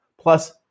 plus